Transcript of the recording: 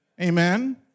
amen